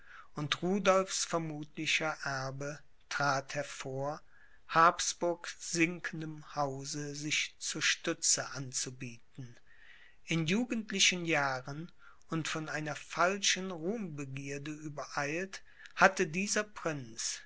und rudolphs vermuthlicher erbe trat hervor habsburgs sinkendem hause sich zur stütze anzubieten in jugendlichen jahren und von einer falschen ruhmbegierde übereilt hatte dieser prinz